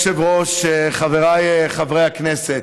אדוני היושב-ראש, חבריי חברי הכנסת,